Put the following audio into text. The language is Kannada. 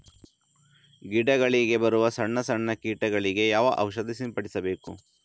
ಗಿಡಗಳಿಗೆ ಬರುವ ಸಣ್ಣ ಸಣ್ಣ ಕೀಟಗಳಿಗೆ ಯಾವ ಔಷಧ ಸಿಂಪಡಿಸಬೇಕು?